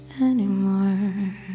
anymore